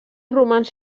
romans